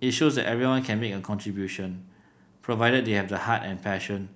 it shows that everyone can make a contribution provided they have the heart and passion